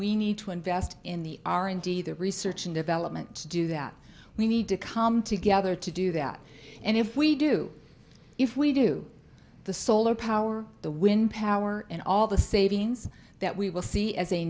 we need to invest in the r and d the research and development do that we need to come together to do that and if we do if we do the solar power the wind power and all the savings that we will see as a